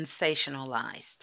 sensationalized